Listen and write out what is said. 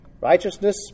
Righteousness